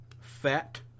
fat